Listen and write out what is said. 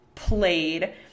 played